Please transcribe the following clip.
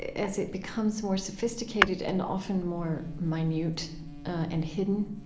as it becomes more sophisticated and often more minute and hidden,